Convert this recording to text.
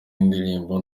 y’indirimbo